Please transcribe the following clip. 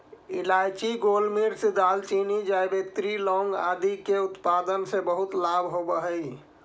इलायची, गोलमिर्च, दालचीनी, जावित्री, लौंग इत्यादि के उत्पादन से बहुत लाभ होवअ हई